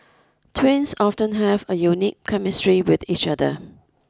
twins often have a unique chemistry with each other